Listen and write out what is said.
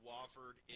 Wofford